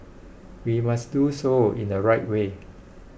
we must do so in the right way